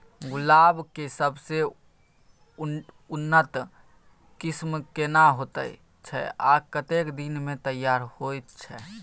गुलाब के सबसे उन्नत किस्म केना होयत छै आ कतेक दिन में तैयार होयत छै?